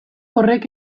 horrek